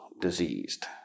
diseased